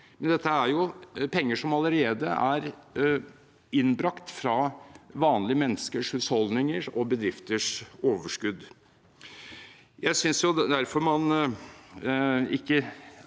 jo penger som allerede er innbrakt fra vanlige menneskers husholdninger og bedrifters overskudd. Jeg synes derfor man ikke